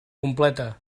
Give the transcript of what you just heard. completa